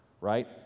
right